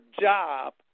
job